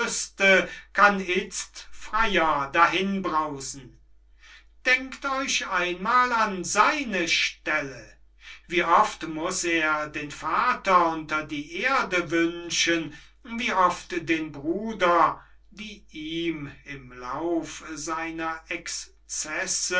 kann itzt freyer dahinbrausen denkt euch einmal an seine stelle wie oft muß er den vater unter die erde wünschen wie oft den bruder die ihm im lauf seiner excesse